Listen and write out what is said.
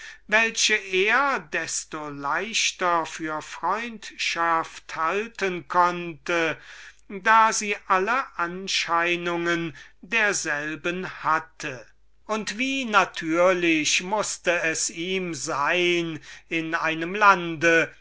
welche er desto leichter für freundschaft halten konnte da sie alle anscheinungen derselben hatte und je mehr er berechtiget war in einem lande